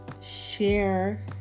share